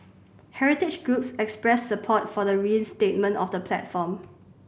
heritage groups expressed support for the reinstatement of the platform